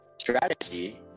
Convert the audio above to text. strategy